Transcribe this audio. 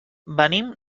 venim